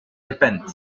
gepennt